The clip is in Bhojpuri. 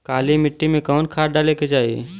काली मिट्टी में कवन खाद डाले के चाही?